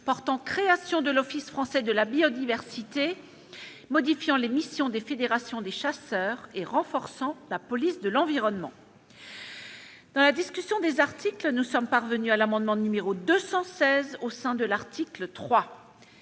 portant création de l'Office français de la biodiversité, modifiant les missions des fédérations des chasseurs et renforçant la police de l'environnement. Dans la discussion des articles, nous en sommes parvenus, au sein de l'article 3,